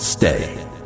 Stay